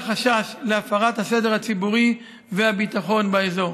חשש להפרת הסדר הציבורי והביטחון באזור.